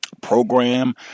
program